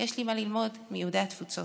יש לי מה ללמוד מיהודי התפוצות.